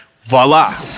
Voila